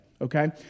okay